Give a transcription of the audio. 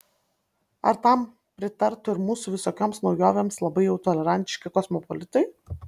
ar tam pritartų ir mūsų visokioms naujovėms labai jau tolerantiški kosmopolitai